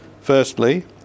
firstly